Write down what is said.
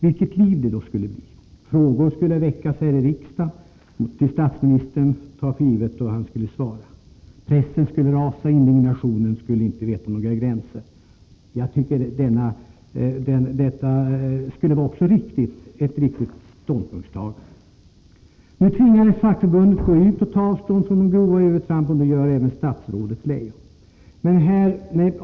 Vilket liv det skulle bli! Frågor skulle ställas här i riksdagen. Jag tar för givet att de skulle ställas till statsministern, och han skulle svara. Pressen skulle rasa. Indignationen skulle inte veta några gränser. Jag tycker att detta också skulle vara ett riktigt ståndpunktstagande. Nu tvingades fackförbundet att gå ut och ta avstånd från de grova övertramp som gjorts, och det gör även statsrådet Leijon.